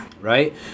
Right